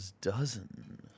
dozen